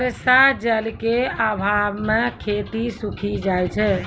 बर्षा जल क आभाव म खेती सूखी जाय छै